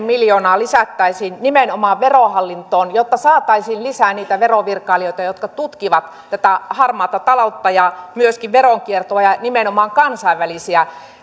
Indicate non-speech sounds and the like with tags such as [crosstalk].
[unintelligible] miljoonaa lisättäisiin nimenomaan verohallintoon jotta saataisiin lisää niitä verovirkailijoita jotka tutkivat tätä harmaata taloutta ja myöskin veronkiertoa ja nimenomaan kansainvälisiä